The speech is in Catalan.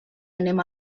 anem